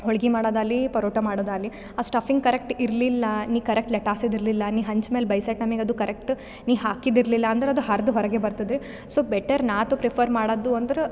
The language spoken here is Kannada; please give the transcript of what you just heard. ಹೋಳಿಗೆ ಮಾಡೋದಾಲಿ ಪರೋಟ ಮಾಡೋದಾಲಿ ಆ ಸ್ಟಫಿಂಗ್ ಕರೆಕ್ಟ್ ಇರಲಿಲ್ಲ ನಿ ಕರೆಕ್ಟ್ ಲಟಾಸಿದು ಇರಲಿಲ್ಲ ನಿ ಹೆಂಚು ಮ್ಯಾಲೆ ಬೇಯಿಸ ಟೈಮಿಗೆ ಅದು ಕರೆಕ್ಟ್ ನಿ ಹಾಕಿದ್ದಿರಲಿಲ್ಲ ಅಂದ್ರೆ ಅದು ಹರಿದು ಹೊರಗೆ ಬರತದ ಸೊ ಬೆಟರ್ ನಾ ತೊ ಪ್ರಿಫರ್ ಮಾಡೋದು ಅಂದ್ರೆ